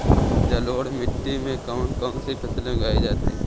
जलोढ़ मिट्टी में कौन कौन सी फसलें उगाई जाती हैं?